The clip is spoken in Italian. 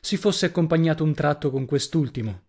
si fosse accompagnato un tratto con quest'ultimo